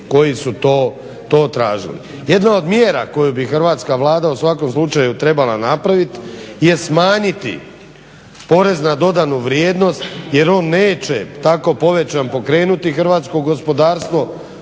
koji su to tražili. Jedna od mjera koju bi hrvatska Vlada u svakom slučaju trebala napraviti je smanjiti porez na dodanu vrijednost, jer on neće tako povećan pokrenuti hrvatsko gospodarstvo.